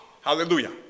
Hallelujah